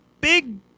big